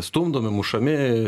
stumdomi mušami